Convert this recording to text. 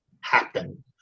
happen